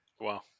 Wow